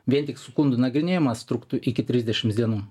vien tik skundų nagrinėjimas truktų iki trisdešims dienų